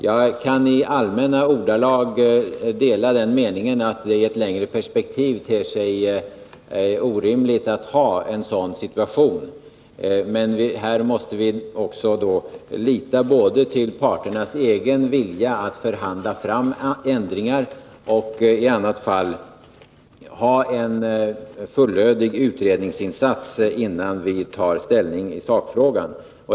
Jag kan i allmänna ordalag dela den meningen att det i ett längre perspektiv ter sig orimligt att ha en sådan situation. Men vi måste lita till parternas egen vilja att förhandla fram ändringar. I annat fall bör vi ha en fullödig utredningsinsats innan vi tar ställning i sakfrågan.